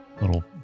little